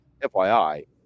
FYI